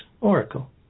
Oracle